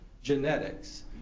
Genetics